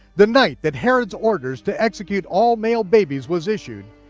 the night that herod's orders to execute all male babies was issued.